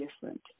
different